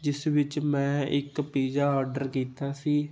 ਜਿਸ ਵਿੱਚ ਮੈਂ ਇੱਕ ਪੀਜ਼ਾ ਆਡਰ ਕੀਤਾ ਸੀ